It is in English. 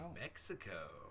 Mexico